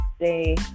say